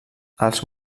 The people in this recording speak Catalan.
els